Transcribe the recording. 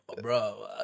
Bro